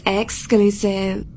exclusive